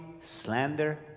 slander